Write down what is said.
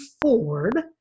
forward